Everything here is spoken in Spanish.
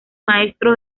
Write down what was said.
maestro